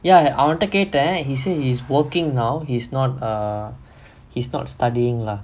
ya அவன்ட கேட்டேன்:avanta kaettaen he said he's working now is not err he's not studying lah